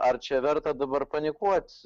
ar čia verta dabar panikuot